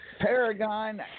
Paragon